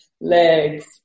legs